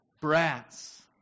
Brats